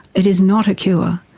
it is not a cure,